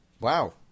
Wow